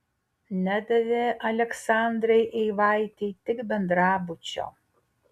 nedavė aleksandrai eivaitei tik bendrabučio